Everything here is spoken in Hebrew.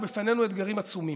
ובפנינו אתגרים עצומים.